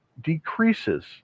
decreases